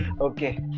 Okay